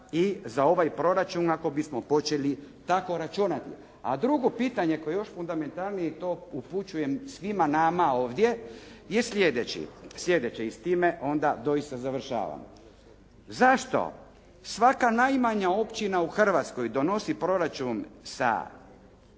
i za ovaj proračun ako bismo počeli tako računati? A drugo pitanje koje je još fundamentalnije i to upućujem svima nama ovdje je sljedeće i s time onda doista završavam. Zašto svaka najmanja općina u Hrvatskoj donosi proračun sa većinom